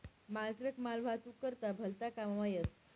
मालट्रक मालवाहतूक करता भलता काममा येस